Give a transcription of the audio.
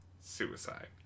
suicide